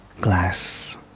glass